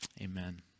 Amen